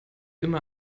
immer